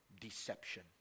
deception